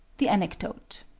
the anecdote